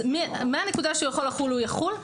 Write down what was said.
מהנקודה שהוא יכול לחול, הוא יחול.